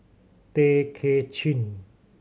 Tay Kay Chin